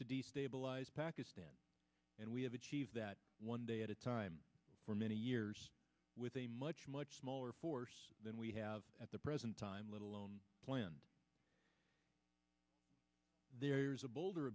destabilize pakistan and we have achieved that one day at a time for many years with a much much smaller force than we have at the present time little lone planned there is a bolder